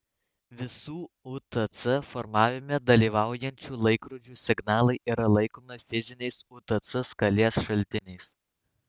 visų utc formavime dalyvaujančių laikrodžių signalai yra laikomi fiziniais utc skalės šaltiniais